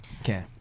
Okay